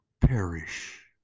perish